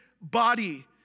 body